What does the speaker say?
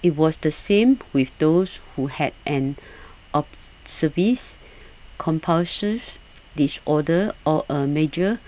it was the same with those who had an observe views compulsive disorder or a major